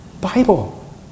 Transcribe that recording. Bible